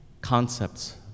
concepts